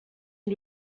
est